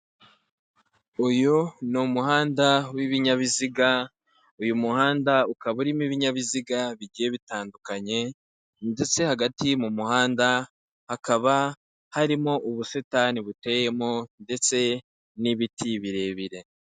Uyu ni umuhanda wibinyabiziga, uyu muhanda ukaba urimo ibinyabiziga bigiye bitandukanye ndetse hagati mu muhanda hakaba harimo ubusitani buteyemo ndetse n'ibiti birebire.